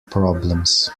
problems